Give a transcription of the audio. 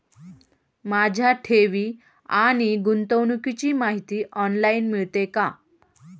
माझ्या ठेवी आणि गुंतवणुकीची माहिती ऑनलाइन मिळेल का?